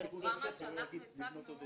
בפרוגרמה שאנחנו הצגנו,